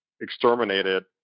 exterminated